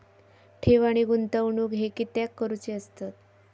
ठेव आणि गुंतवणूक हे कित्याक करुचे असतत?